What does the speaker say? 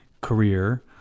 career